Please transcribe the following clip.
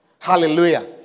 Hallelujah